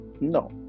No